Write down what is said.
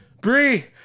Bree